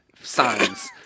Signs